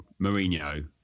Mourinho